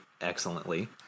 excellently